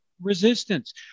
Resistance